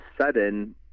sudden